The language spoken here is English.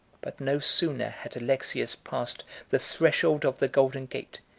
but no sooner had alexius passed the threshold of the golden gate,